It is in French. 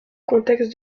contexte